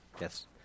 yes